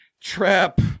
Trap